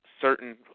certain